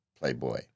Playboy